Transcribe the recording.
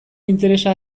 interesa